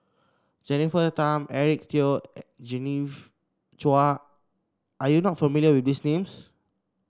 Jennifer Tham Eric Teo and Genevieve Chua are you not familiar with these names